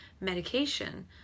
medication